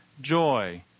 joy